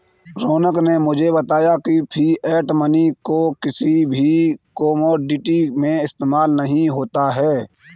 रौनक ने मुझे बताया की फिएट मनी को किसी भी कोमोडिटी में इस्तेमाल नहीं होता है